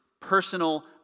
Personal